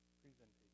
presentation